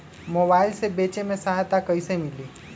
Mobile से बेचे में सहायता कईसे मिली?